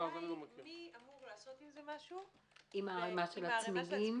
השאלה היא מי אמור לעשות משהו עם ערימת הצמיגים.